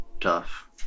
Tough